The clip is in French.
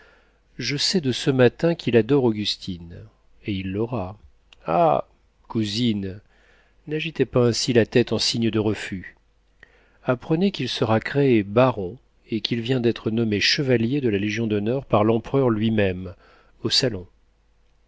je sais de ce matin qu'il adore augustine et il l'aura ah cousine n'agitez pas ainsi la tête en signe de refus apprenez qu'il sera créé baron et qu'il vient d'être nommé chevalier de la légion-d'honneur par l'empereur lui-même au salon